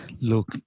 Look